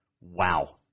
Wow